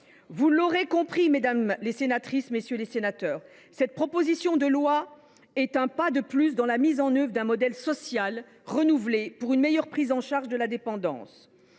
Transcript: Vous l’aurez compris, mesdames, messieurs les sénateurs, cette proposition de loi est un pas de plus dans la mise en œuvre d’un modèle social renouvelé, pour une meilleure prise en charge de la dépendance.